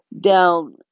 down